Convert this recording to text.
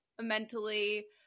mentally